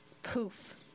poof